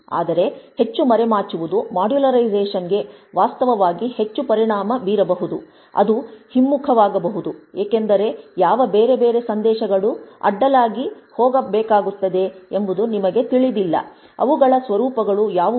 ಆದರೆ ಹೆಚ್ಚು ಮರೆಮಾಚುವುದು ಮಾಡ್ಯುಲರೈಸೇಶನ್ಗೆ ವಾಸ್ತವವಾಗಿ ಹೆಚ್ಚು ಪರಿಣಾಮ ಬೀರಬಹುದು ಅದು ಹಿಮ್ಮುಖವಾಗಬಹುದು ಏಕೆಂದರೆ ಯಾವ ಬೇರೆ ಬೇರೆ ಸಂದೇಶಗಳು ಅಡ್ಡಲಾಗಿ ಹೋಗಬೇಕಾದಗುತ್ತದೆ ಎಂಬುದು ನಿಮಗೆ ತಿಳಿದಿಲ್ಲ ಅವುಗಳ ಸ್ವರೂಪಗಳು ಯಾವುವು